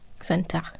center